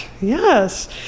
Yes